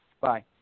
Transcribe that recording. Bye